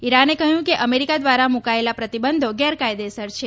ઇરાને કહ્યું કે અમેરિકા દ્વારા ્મકાયેલા પ્રતિબંધા ગેરકાયદેસર છે